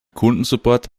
kundensupport